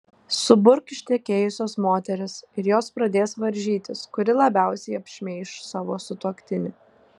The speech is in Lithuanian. suburk ištekėjusias moteris ir jos pradės varžytis kuri labiausiai apšmeiš savo sutuoktinį